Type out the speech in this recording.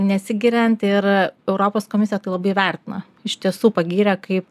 nesigiriant ir europos komisija tai labai vertina iš tiesų pagyrė kaip